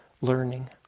learning